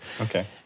Okay